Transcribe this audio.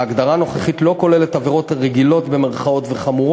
ההגדרה הנוכחית לא כוללת עבירות "רגילות" וחמורות,